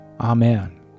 Amen